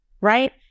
right